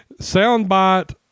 soundbite